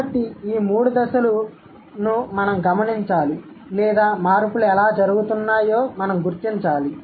కాబట్టి ఈ మూడు దశలను మనం గమనించాలి లేదా మార్పులు ఎలా జరుగుతున్నాయో మనం గుర్తించాలి